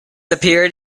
appeared